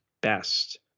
best